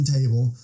Table